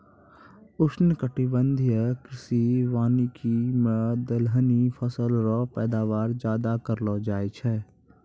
उष्णकटिबंधीय कृषि वानिकी मे दलहनी फसल रो पैदावार ज्यादा करलो जाय छै